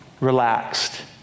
relaxed